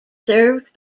served